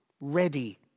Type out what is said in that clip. ready